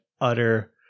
utter